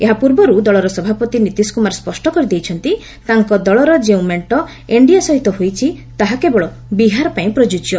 ଏହାପୂର୍ବରୁ ଦଳର ସଭାପତି ନୀତିଶ କୁମାର ସ୍ୱଷ୍ଟ କରିଦେଇଛନ୍ତି ତାଙ୍କ ଦଳର ଯେଉଁ ମେଣ୍ଟ ଏନ୍ଡିଏ ସହିତ ହୋଇଛି ତାହା କେବଳ ବିହାର ପାଇଁ ପ୍ରଯୁଜ୍ୟ